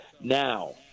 now